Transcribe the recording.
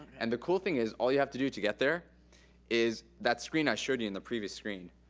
and the cool thing is all you have to do to get there is that screen i showed you in the previous screen.